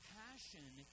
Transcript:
passion